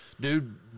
Dude